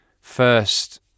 first